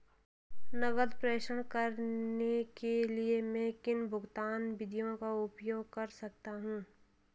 नकद प्रेषण करने के लिए मैं किन भुगतान विधियों का उपयोग कर सकता हूँ?